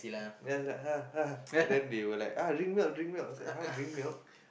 then after that ah and then they were like ah drink milk drink milk then I was like ah drink milk